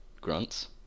grunts